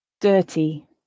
dirty